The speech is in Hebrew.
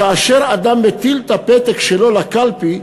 כאשר אדם מטיל את הפתק שלו לקלפי,